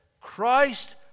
Christ